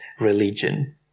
religion